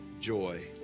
joy